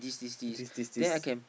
this this this